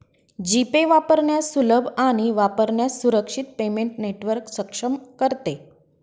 जी pay वापरण्यास सुलभ आणि वापरण्यास सुरक्षित पेमेंट नेटवर्क सक्षम करते